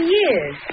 years